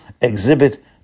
exhibit